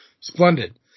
Splendid